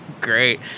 great